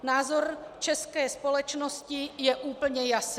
Názor české společnosti je úplně jasný.